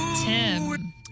Tim